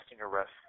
arrest